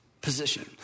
position